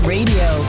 Radio